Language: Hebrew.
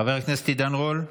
חבר הכנסת עידן רול,